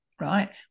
right